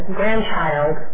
grandchild